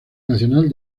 nacional